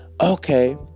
okay